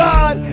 God